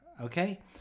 okay